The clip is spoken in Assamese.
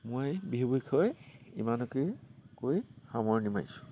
মই বিহু বিষয়ে ইমানকে কৈ সামৰণি মাৰিছোঁ